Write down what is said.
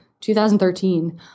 2013